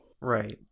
right